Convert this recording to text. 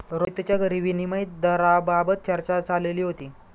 रोहितच्या घरी विनिमय दराबाबत चर्चा चालली होती